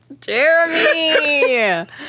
Jeremy